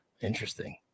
Interesting